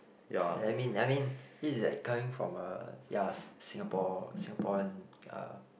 I mean I mean this is like coming from a ya Singapore Singaporean uh